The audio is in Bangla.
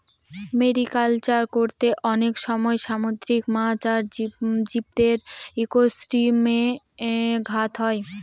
মেরিকালচার করতে অনেক সময় সামুদ্রিক মাছ আর জীবদের ইকোসিস্টেমে ঘাত হয়